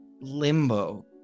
Limbo